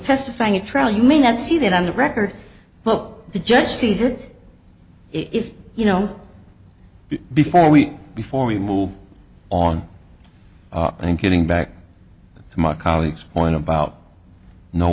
testifying at trial you may not see that on the record book the judge sees it if you know before we before we move on and getting back to my colleagues point about no